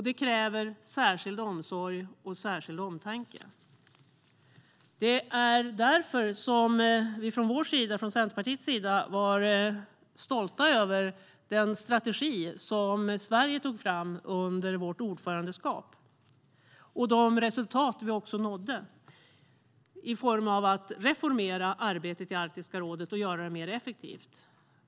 Det kräver särskild omsorg och särskild omtanke. Det är därför som vi från Centerpartiets sida var stolta över den strategi som Sverige tog fram under sitt ordförandeskap och de resultat som vi nådde som handlar om att reformera arbetet i Arktiska rådet och göra det mer effektivt.